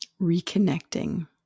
reconnecting